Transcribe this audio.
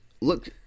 Look